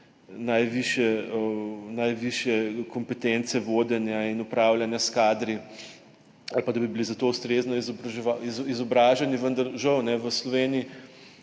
najvišje kompetence vodenja in upravljanja s kadri ali pa da bi bili za to ustrezno izobraženi, vendar, žal, v Sloveniji,